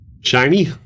...Shiny